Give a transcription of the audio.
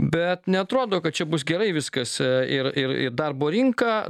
bet neatrodo kad čia bus gerai viskas ir ir ir darbo rinka